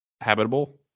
habitable